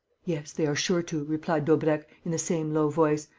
yes, they are sure to, replied daubrecq, in the same low voice,